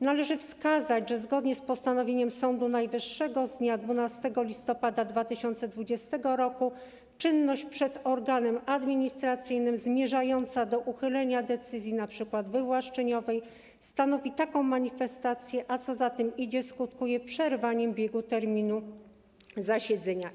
Należy wskazać, że zgodnie z postanowieniem Sądu Najwyższego z dnia 12 listopada 2020 r. czynność przed organem administracyjnym zmierzająca do uchylenia decyzji np. wywłaszczeniowej stanowi taką manifestację, a co za tym idzie - skutkuje przerwaniem biegu terminu zasiedzenia.